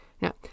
Now